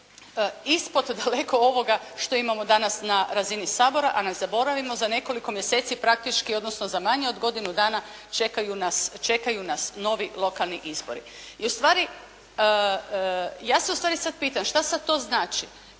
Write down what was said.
ispod daleko ovoga što imamo danas na razini Sabora, a ne zaboravimo za nekoliko mjeseci praktički odnosno za manje od godinu dana čekaju nas novi lokani izbori. I ustvari, ja se ustvari sada pitam, što sada to znači?